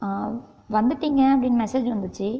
வந்துட்டீங்க அப்படின்னு மெசேஜ் வந்துச்சு